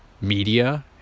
media